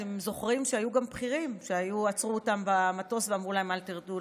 אתם זוכרים שהיו גם בכירים שעצרו אותם במטוס ואמרו להם: אל תרדו.